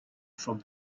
from